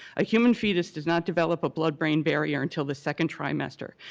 a human fetus does not develop a blood-brain barrier until the second trimester,